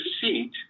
seat